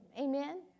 Amen